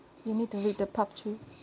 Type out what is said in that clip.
you need to read the part three